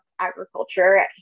Agriculture